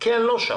כי אני מחוץ לזה.